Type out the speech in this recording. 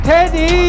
Teddy